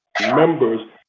members